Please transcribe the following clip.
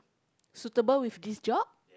suitable with this job